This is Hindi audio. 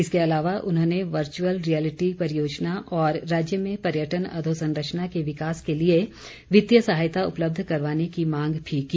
इसके अलावा उन्होंने वर्चुअल रियलिटी परियोजना और राज्य में पर्यटन अधोसंरचना के विकास के लिए वित्तीय सहायता उपलब्ध करवाने की मांग भी की